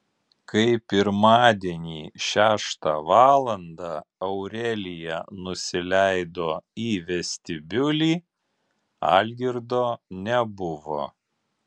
kai pirmadienį šeštą valandą aurelija nusileido į vestibiulį algirdo nebuvo